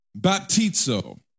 Baptizo